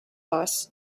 bus